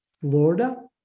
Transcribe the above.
Florida